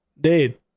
Dude